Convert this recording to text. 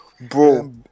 bro